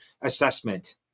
assessment